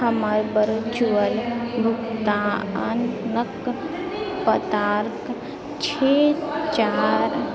हमर वरचुअल भुगतानक पताकेँ छओ चारि